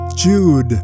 Jude